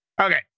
Okay